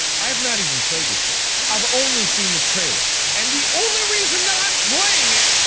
i have not even played this game. i've only seen the trailer. and the only reason that i'm playing it